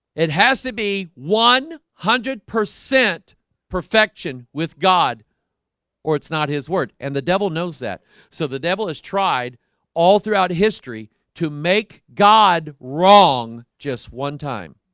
it has to be one hundred percent perfection with god or it's not his word and the devil knows that so the devil has tried all throughout history to make god wrong just one time